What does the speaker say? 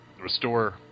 restore